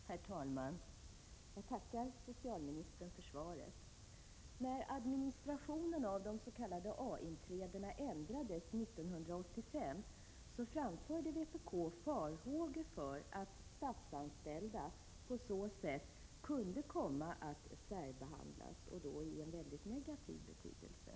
Herr talman! Jag tackar socialministern för svaret. När administrationen av de s.k. A-inträdena ändrades 1985 framförde vpk farhågor för att statsanställda på så sätt kunde komma att särbehandlas och då i en mycket negativ betydelse.